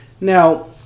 Now